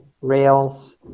rails